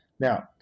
Now